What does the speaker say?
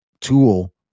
tool